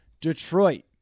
Detroit